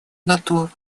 готова